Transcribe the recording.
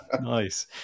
Nice